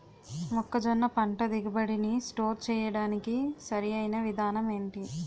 మొక్కజొన్న పంట దిగుబడి నీ స్టోర్ చేయడానికి సరియైన విధానం ఎంటి?